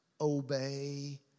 obey